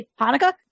Hanukkah